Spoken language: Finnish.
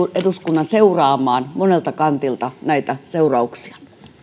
eduskunnan seuraamaan monelta kantilta näitä seurauksia